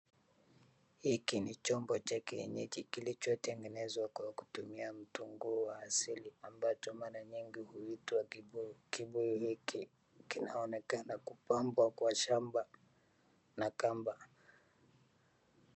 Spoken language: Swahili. Hiki ni chombo cha kienyeji kilicho tengenezwa kwa kutumia mtungo wa asili ambacho mara nyingi huitwa kibuyu. Kibuyu hiki kinaonekana kupambwa kwa shamba na kamba.